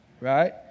right